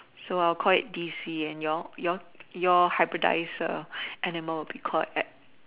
so I'll call it DC and your your your hybridize animal would be called